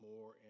more